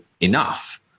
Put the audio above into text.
enough